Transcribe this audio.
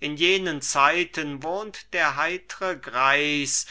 in jenen zeiten wohnt der heitre greis